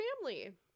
family